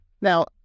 Now